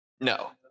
No